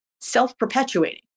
self-perpetuating